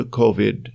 covid